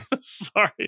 Sorry